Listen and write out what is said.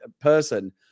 person